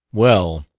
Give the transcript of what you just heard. well,